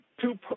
two